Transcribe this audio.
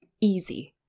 easy